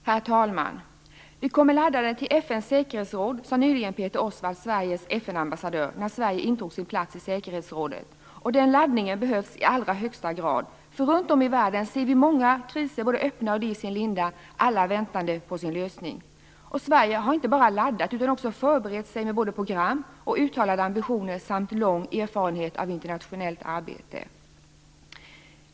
Herr talman! Vi kommer laddade till FN:s säkerhetsråd, sade nyligen Peter Osvald, Sveriges FN ambassadör, när Sverige intog sin plats i säkerhetsrådet. Den laddningen behövs i allra högsta grad, för runt om i världen ser vi många kriser, både öppna kriser och sådana som är i sin linda, alla väntande på sin lösning. Sverige har inte bara laddat utan också förberett sig med både program och uttalade ambitioner samt lång erfarenhet av internationellt arbete.